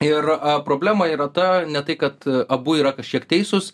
ir problema yra ta ne tai kad abu yra kažkiek teisūs